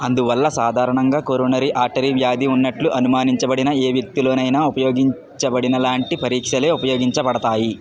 అందువల్ల సాధారణంగా coronary artery వ్యాధి ఉన్నట్లు అనుమానించబడిన ఏ వ్యక్తిలోనైనా ఉపయోగించబడినలాంటి పరీక్షలే ఉపయోగించబడతాయి